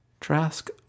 Trask